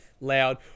loud